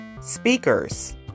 speakers